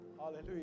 Hallelujah